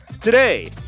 Today